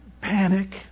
panic